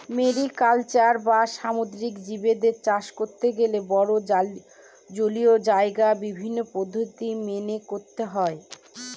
mariculture বা সামুদ্রিক জীবদের চাষ করতে গেলে বড়ো জলীয় জায়গায় বিভিন্ন পদ্ধতি মেনে করতে হয়